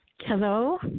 Hello